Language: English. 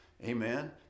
Amen